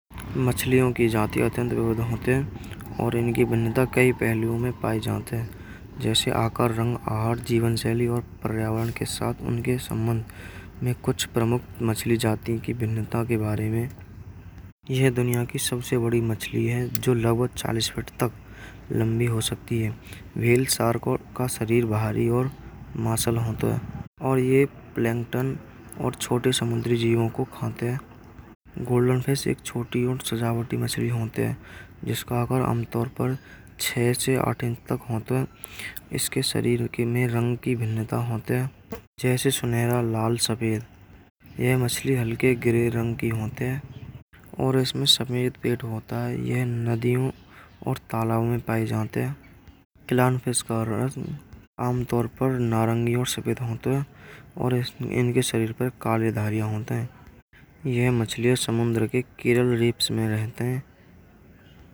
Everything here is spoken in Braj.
मछलियों की कई जाती भोती है। और इनकी भिन्नता कई पहलुओं में पाए जाते हैं। जैसे आकार रंग, आहार और जीवन शैली और पर्यावरण के साथ उनके संबंध में कुछ प्रमुख मछली जाति की भिन्नता के बारे में। ये दुनिया की सबसे बड़ी मछली है जो लगभग चालीस फिट तक लम्बी हो सकती है। व्हेल शार्क का शरीर भारी और मार्शल होता है। और ये यह प्लैंकटन और छोटे समुद्र जीव को खाते हैं। गोल्डन फिश एक छोटी और सजावट मछली भी होती है। जिसका आकार अमतौर पर छः से आठ इंच तक होता है। इसके शरीर के में रंग होते हैं जैसे सुनहरा लाल सफेद या मछली हल्के गहरे रंग के होते हैं। और इसमें सफेद पालतू होता है। यह नदियाँ और तालाब में पाए जाते हैं इलान चेहरे का रंग तौर पर नारंगी और सफेद होते। और उनके शरीर पर काले धारियां होती हैं ये मछली और समुद्र के केरल रीफ्स में रहते हैं।